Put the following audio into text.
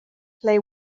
play